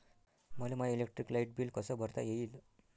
मले माय electric light bill कस भरता येईल?